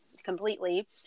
completely